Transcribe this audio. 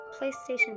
PlayStation